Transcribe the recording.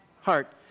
heart